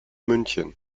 münchen